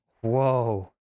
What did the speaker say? Whoa